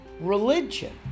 Religion